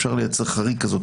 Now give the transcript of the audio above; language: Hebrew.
אפשר לייצר חריג כזה,